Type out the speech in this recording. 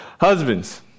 husbands